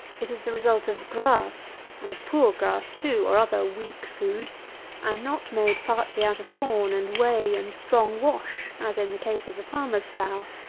it is the result of grass, and of poor grass, too, or other weak food and not made partly out of corn and whey and strong wash, as in the case of the farmer's sow.